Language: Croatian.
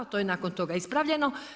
To je nakon toga ispravljeno.